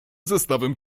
zestawem